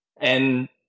And-